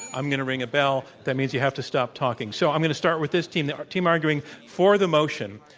i'm going to ring a bell. that means you have to stop talking. so i'm going to start with this team. the team arguing for the motion,